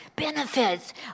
benefits